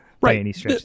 right